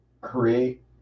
create